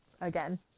again